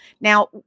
Now